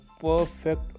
perfect